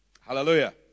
Hallelujah